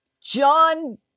John